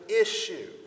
issue